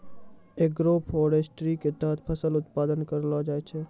agroforestry के तहत फसल उत्पादन करलो जाय छै